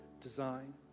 design